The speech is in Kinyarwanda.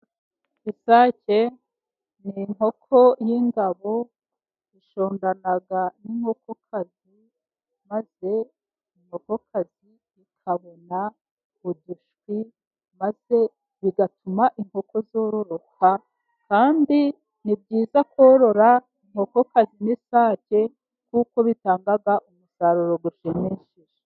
Isake ni inkoko y'ingabo, zishondana n'inkokokazi, maze inkokokazi ikabona udushwi, maze bigatuma inkoko zororoka, kandi ni byiza korora inkokokazi n'isake, kuko bitanga umusaruro ushimishije.